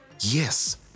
yes